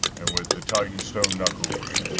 and with the titanstone knuckles,